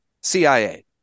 CIA